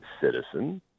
citizen